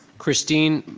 christine.